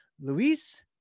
Luis